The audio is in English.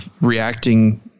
reacting